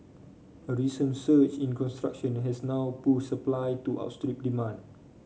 a recent surge in construction has now pushed supply to outstrip demand